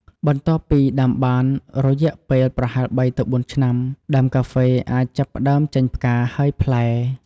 បន្ទាប់ពីដាំបានរយៈពេលប្រហែល ៣ ទៅ ៤ ឆ្នាំ ដើមកាហ្វេអាចចាប់ផ្ដើមចេញផ្កា ហើយផ្លែ។